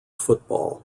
football